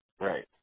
Right